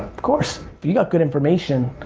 of course. if you got good information,